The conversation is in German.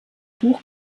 buch